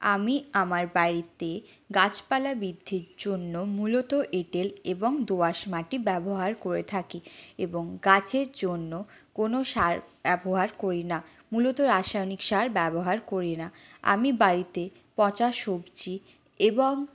আমি আমার বাড়িতে গাছপালা বিদ্ধির জন্য মূলত এঁটেল এবং দোআঁশ মাটি ব্যবহার করে থাকি এবং গাছের জন্য কোনো সার ব্যবহার করি না মূলত রাসায়নিক সার ব্যবহার করি না আমি বাড়িতে পচা সবজি এবং